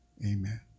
Amen